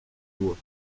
doigts